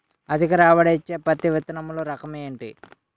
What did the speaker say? అధిక రాబడి ఇచ్చే పత్తి విత్తనములు రకం ఏంటి?